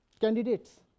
candidates